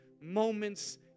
moments